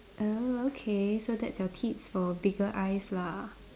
oh okay so that's your tips for bigger eyes lah